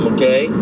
Okay